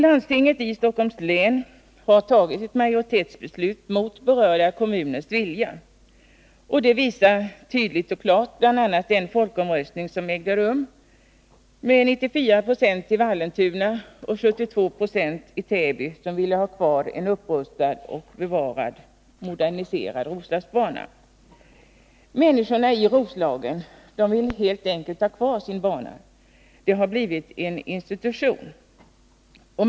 Landstinget i Stockholms län har tagit ett majoritetsbeslut mot berörda kommuners vilja. Det visar tydligt och klart bl.a. den folkomröstning som ägde rum i mars 1980. Det var 94 96 i Vallentuna och 72 96 i Täby som ville ha kvar en upprustad och moderniserad Roslagsbana. Människorna i Roslagen vill helt enkelt ha kvar sin bana — den har blivit en ”institution”.